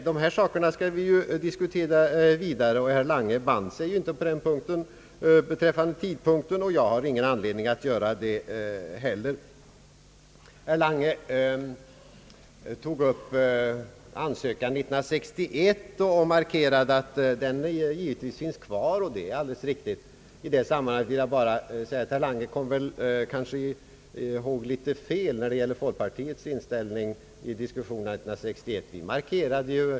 Dessa saker skall vi diskutera vidare; herr Lange band sig ju inie beträffande tidpunkten och jag har heller ingen anledning att göra det. Herr Lange tog upp ansökan från år 1961 och framhöll, att den givetvis finns kvar. Det är alldeles riktigt. Herr Lange minns dock litet fel när det gäller folkpartiets inställning vid diskussionerna 1961.